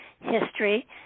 history